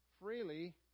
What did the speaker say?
Freely